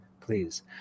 please